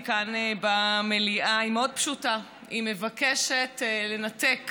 כאן במליאה היא מאוד פשוטה: היא מבקשת לנתק